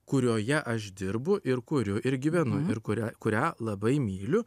kurioje aš dirbu ir kuriu ir gyvenu ir kuria kurią labai myliu